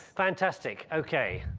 fantastic, okay.